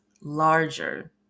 larger